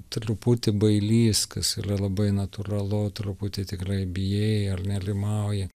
truputį bailys kas yra labai natūralu truputį tikrai bijai ar nerimauji